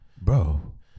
bro